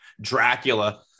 Dracula